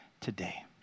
today